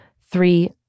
Three